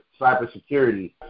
cybersecurity